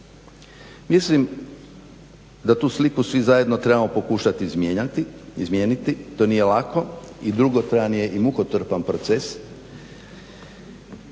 Mislim da tu sliku svi zajedno trebamo pokušati izmijeniti. To nije lako i dugotrajan je i mukotrpan proces